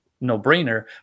no-brainer